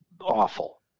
awful